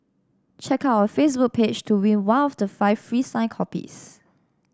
check out our Facebook page to win one of the five free signed copies